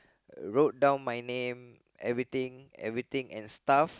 wrote down my name everything everything and stuff